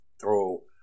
throw